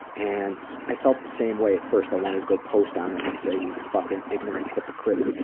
and i felt the same way at first. i wanted to go post on it and say you fucking ignorant hypocrite,